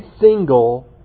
single